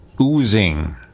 oozing